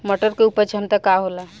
मटर के उपज क्षमता का होला?